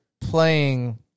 playing